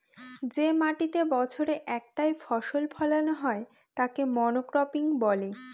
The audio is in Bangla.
যে মাটিতেতে বছরে একটাই ফসল ফোলানো হয় তাকে মনোক্রপিং বলে